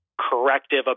corrective